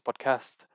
Podcast